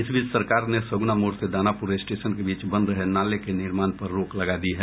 इस बीच सरकार ने सगुना मोड़ से दानापुर स्टेशन के बीच बन रहे नाले के निर्माण पर रोक लगा दी है